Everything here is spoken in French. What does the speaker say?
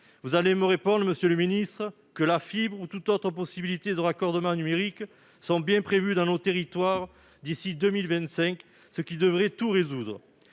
Vous allez me répondre, monsieur le secrétaire d'État, que la fibre ou toute autre possibilité de raccordement numérique sont prévues dans nos territoires d'ici à 2025, ce qui devrait tout résoudre.